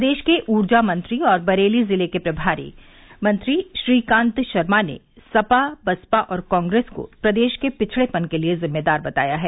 प्रदेश के ऊर्जा मंत्री और बरेली जिले के प्रभारी मंत्री श्रीकांत शर्मा ने सपा बसपा और कांग्रेस को प्रदेश के पिछड़ेपन के लिये जिम्मेदार बताया है